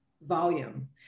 volume